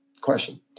question